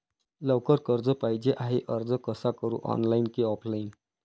लवकर कर्ज पाहिजे आहे अर्ज कसा करु ऑनलाइन कि ऑफलाइन?